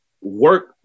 work